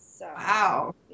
Wow